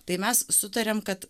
tai mes sutariam kad